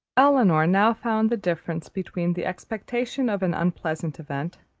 elinor now found the difference between the expectation of an unpleasant event,